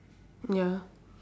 ya